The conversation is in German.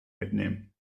mitnehmen